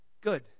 good